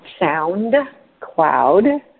SoundCloud